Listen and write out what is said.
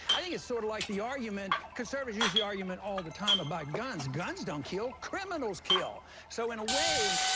i think it's sort of like the argument conservatives use the argument all the time about guns. guns don't kill, criminals kill. paul so, in a way,